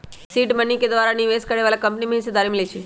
seed money के द्वारा निवेश करए बलाके कंपनी में हिस्सेदारी मिलइ छइ